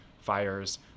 fires